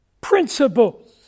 principles